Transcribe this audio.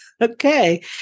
Okay